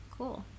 Cool